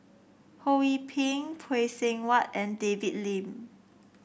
Ho Yee Ping Phay Seng Whatt and David Lim